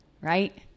Right